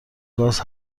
گاز